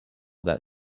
that